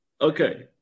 Okay